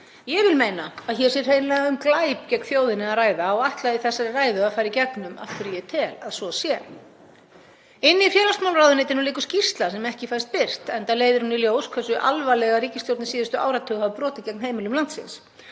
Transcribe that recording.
Ég vil meina að hér sé hreinlega um glæp gegn þjóðinni að ræða og ætla í þessari ræðu að fara í gegnum af hverju ég tel að svo sé. Í félagsmálaráðuneytinu liggur skýrsla sem ekki fæst birt enda leiðir hún í ljós hversu alvarlega ríkisstjórnir síðustu áratuga hafa brotið gegn heimilum landsins